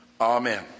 Amen